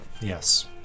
yes